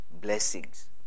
blessings